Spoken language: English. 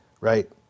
right